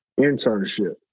internship